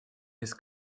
his